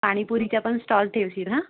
पाणीपुरीच्या पण स्टॉल ठेवशील हां